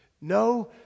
No